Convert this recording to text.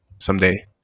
someday